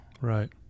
Right